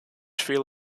feel